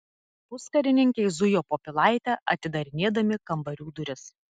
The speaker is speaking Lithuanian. puskarininkiai zujo po pilaitę atidarinėdami kambarių duris